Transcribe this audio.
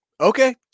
Okay